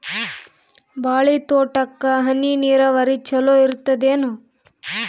ಬಾಳಿ ತೋಟಕ್ಕ ಹನಿ ನೀರಾವರಿ ಚಲೋ ಇರತದೇನು?